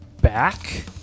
back